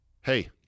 hey